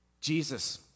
Jesus